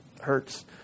hurts